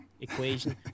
equation